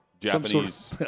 Japanese